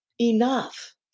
enough